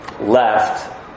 left